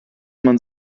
man